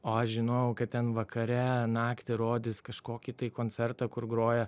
o aš žinojau kad ten vakare naktį rodys kažkokį tai koncertą kur groja